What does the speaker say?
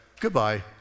goodbye